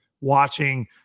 watching